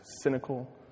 cynical